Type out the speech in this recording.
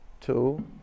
two